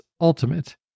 Ultimate